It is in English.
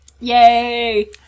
Yay